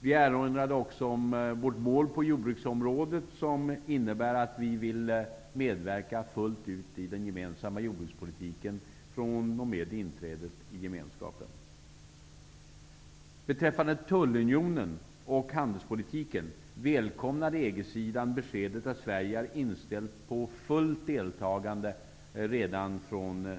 Vi erinrade också om att vårt mål på jordbruksområdet är att medverka fullt ut i den gemensamma jordbrukspolitiken fr.o.m. inträdet i Beträffande tullunionen och handelspolitiken välkomnade EG-sidan beskedet att Sverige är inställt på fullt deltagande fr.o.m.